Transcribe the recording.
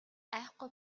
айхгүй